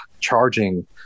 charging